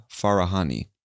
Farahani